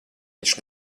viņš